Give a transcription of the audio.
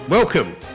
Welcome